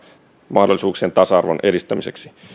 mahdollisuuksien tasa arvon edistämiseksi